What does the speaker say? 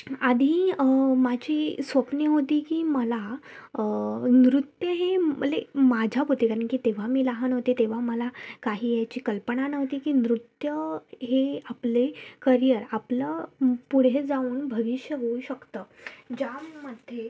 आधी माझी स्वप्ने होती की मला नृत्य हे मले माझ्यात होते कारण की तेव्हा मी लहान होते तेव्हा मला काही याची कल्पना नव्हती की नृत्य हे आपले करिअर आपलं पुढे जाऊन भविष्य होऊ शकतं ज्यामध्ये